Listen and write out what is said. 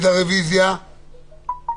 הצבעה הרוויזיה לא אושרה.